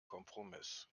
kompromiss